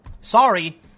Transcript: sorry